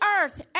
earth